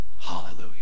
Hallelujah